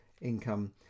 income